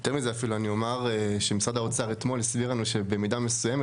יותר מזה אפילו אני אומר שמשרד האוצר אתמול הסביר לנו שבמידה מסוימת,